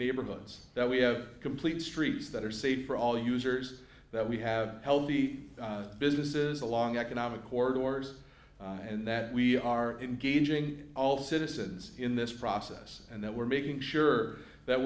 neighborhoods that we have complete streets that are safe for all users that we have healthy businesses along economic orders and that we are engaging all citizens in this process and that we're making sure that